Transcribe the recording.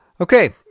Okay